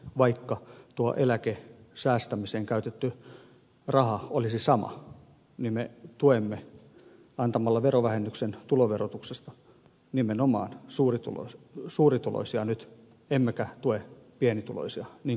vaikka tuo eläkesäästämiseen käytetty raha olisi sama niin antamalla verovähennyksen tuloverotuksesta me tuemme nyt nimenomaan suurituloisia emmekä tue pienituloisia niin kuin pitäisi